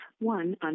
one